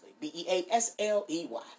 B-E-A-S-L-E-Y